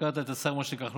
הזכרת את השר משה כחלון,